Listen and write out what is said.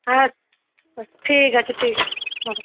আচ্ছা ঠিক আছে ঠিক আছে হুম